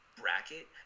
bracket